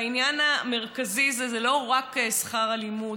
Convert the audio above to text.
והעניין המרכזי הוא לא רק שכר הלימוד,